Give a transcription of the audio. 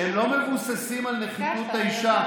אני מבקש הודעה אישית,